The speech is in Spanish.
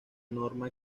norma